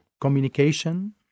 communication